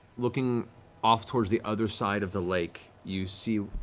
looking off towards the other side of the lake, you see,